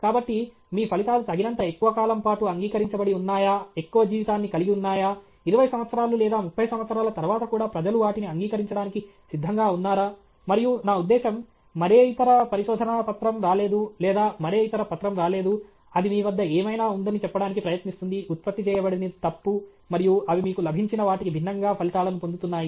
కాబట్టి మీ ఫలితాలు తగినంత ఎక్కువ కాలం పాటు అంగీకరించబడి ఉన్నాయా ఎక్కువ జీవితాన్ని కలిగి ఉన్నాయా 20 సంవత్సరాలు లేదా 30 సంవత్సరాల తరువాత కూడా ప్రజలు వాటిని అంగీకరించడానికి సిద్ధంగా ఉన్నారా మరియు నా ఉద్దేశ్యం మరే ఇతర పరిశోధనా పత్రం రాలేదు లేదా మరే ఇతర పత్రం రాలేదు అది మీ వద్ద ఏమైనా ఉందని చెప్పడానికి ప్రయత్నిస్తుంది ఉత్పత్తి చేయబడినది తప్పు మరియు అవి మీకు లభించిన వాటికి భిన్నంగా ఫలితాలను పొందుతున్నాయి